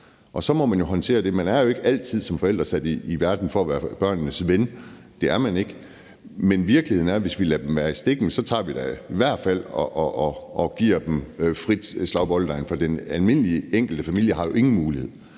Så må man håndtere det derfra. Man er jo ikke som forældre sat i verden for altid at være børnenes ven; det er man ikke. Men virkeligheden er, at hvis vi lader dem i stikken, så giver vi dem da i hvert fald frit slag i bolledejen, for den enkelte almindelige familie har jo ingen handlemuligheder.